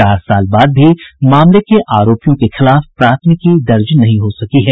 चार साल बाद भी मामले के आरोपियों के खिलाफ प्राथमिकी दर्ज नहीं हो सकी है